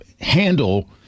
handle